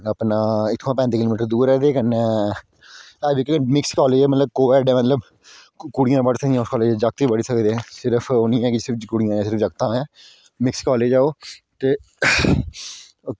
ते इत्थुआं त्रीह् पैंती किलोमीटर दूर ऐ ते कन्नै एह् बी केह् मिक्स कॉलेज ऐ कुड़ियां पढ़ी सकदियां ते जागत् बी पढ़ी सकदे सिर्फ ओह् निं ऐ की कुड़ियें दा जां जगतें दा मिक्स कॉलेज ऐ ओह् ते